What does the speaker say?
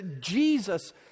Jesus